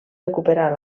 recuperar